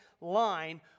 line